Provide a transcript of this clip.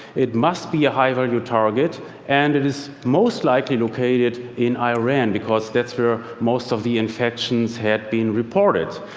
it must be a high-value target and it is most likely located in iran, because that's where most of the infections had been reported.